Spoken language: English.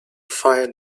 fire